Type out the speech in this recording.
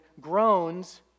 groans